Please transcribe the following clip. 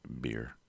Beer